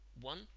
One